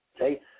Okay